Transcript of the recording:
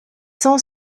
cent